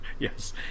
Yes